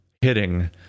hitting